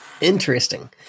interesting